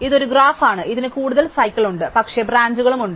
ഇത് ഒരു ഗ്രാഫ് ആണ് ഇതിന് കൂടുതൽ സൈക്കിൾ ഉണ്ട് പക്ഷേ ബ്രാഞ്ചുകളും ഉണ്ട്